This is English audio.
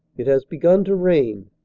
it has begun to rain,